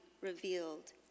revealed